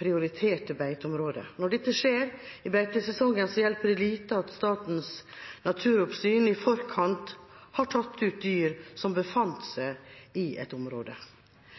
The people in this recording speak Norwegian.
prioriterte beiteområder. Når dette skjer i beitesesongen, hjelper det lite at Statens naturoppsyn i forkant har tatt ut dyr som befant seg